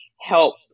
help